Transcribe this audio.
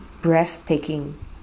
breathtaking